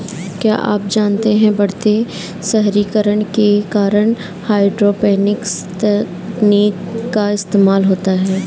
क्या आप जानते है बढ़ते शहरीकरण के कारण हाइड्रोपोनिक्स तकनीक का इस्तेमाल होता है?